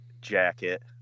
jacket